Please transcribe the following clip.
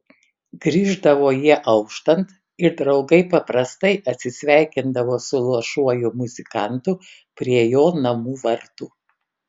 grįždavo jie auštant ir draugai paprastai atsisveikindavo su luošuoju muzikantu prie jo namų vartų